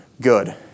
good